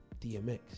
DMX